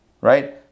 Right